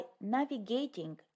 navigating